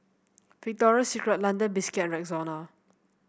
Victoria Secret London Biscuits and Rexona